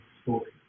story